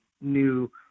new